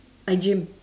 I gym